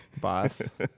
boss